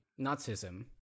Nazism